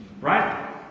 Right